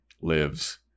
lives